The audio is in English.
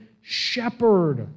shepherd